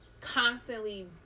constantly